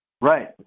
right